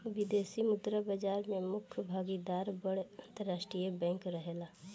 विदेशी मुद्रा बाजार में मुख्य भागीदार बड़ अंतरराष्ट्रीय बैंक रहेला